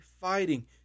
fighting